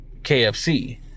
KFC